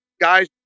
guys